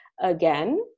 Again